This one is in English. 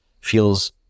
feels